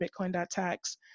Bitcoin.tax